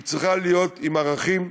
היא צריכה להיות עם ערכים,